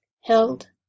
held